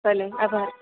ભલે આભાર